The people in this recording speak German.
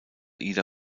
ida